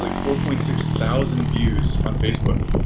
like four point six thousand views on facebook.